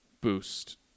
boost